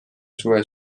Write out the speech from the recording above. suve